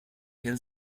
hill